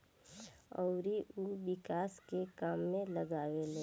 अउरी उ विकास के काम में लगावेले